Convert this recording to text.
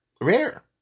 Rare